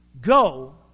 Go